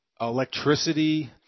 electricity